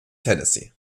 tennessee